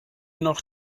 noch